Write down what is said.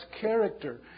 character